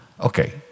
Okay